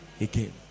again